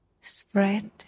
spread